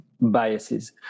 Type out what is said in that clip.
biases